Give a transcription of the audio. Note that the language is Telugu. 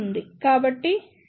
కాబట్టి అది ఇక్కడకు వస్తుంది